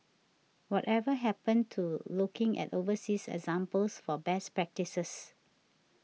whatever happened to looking at overseas examples for best practices